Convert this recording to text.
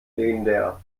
legendär